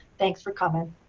thanks for coming.